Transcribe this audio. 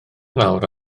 nawr